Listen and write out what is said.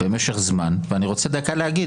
במשך זמן ואני רוצה דקה להגיד.